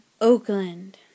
Oakland